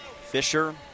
Fisher